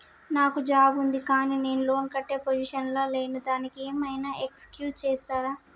నాకు జాబ్ ఉంది కానీ నేను లోన్ కట్టే పొజిషన్ లా లేను దానికి ఏం ఐనా ఎక్స్క్యూజ్ చేస్తరా?